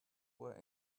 were